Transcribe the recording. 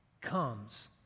comes